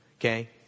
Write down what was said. okay